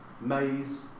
maize